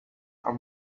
are